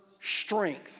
strength